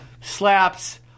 slaps